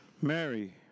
Mary